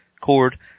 cord